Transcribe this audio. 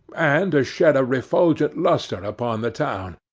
and to shed a refulgent lustre upon the town,